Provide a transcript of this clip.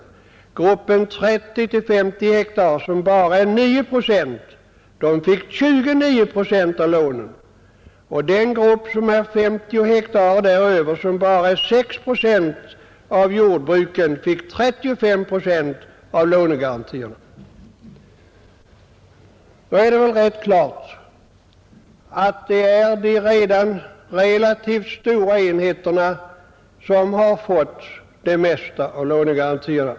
Gruppen 30—50 hektar, som bara är 9 procent av antalet, fick 29 procent av lånen. Den grupp som har 50 hektar och däröver och som bara omfattar 6 procent av jordbruken fick 35 procent av lånegarantierna. Då är det väl rätt klart att det är de redan relativt stora enheterna som har fått det mesta av lånegarantierna.